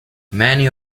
many